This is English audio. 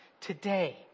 today